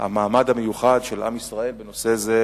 המעמד המיוחד של עם ישראל בנושא זה,